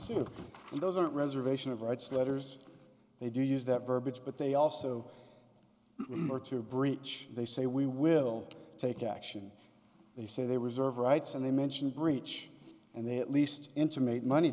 and those aren't reservation of rights letters they do use that verbiage but they also are to breach they say we will take action they say they reserve rights and they mentioned breach and they at least intimate money